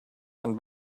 and